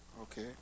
Okay